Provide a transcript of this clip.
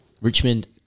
Richmond